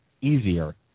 easier